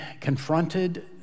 confronted